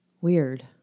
weird